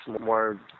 more